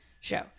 show